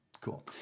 Cool